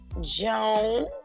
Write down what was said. Jones